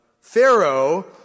Pharaoh